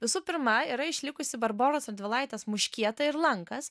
visų pirma yra išlikusi barboros radvilaitės muškieta ir lankas